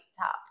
top